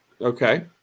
Okay